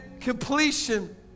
completion